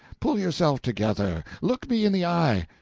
pull yourself together look me in the eye.